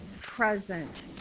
present